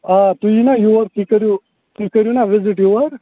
آ تُہۍ یِیِو نا یور تُہۍ کٔرِو تُہۍ کٔرِو نا وِزِٹ یور